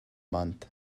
month